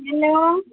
hello